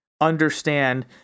understand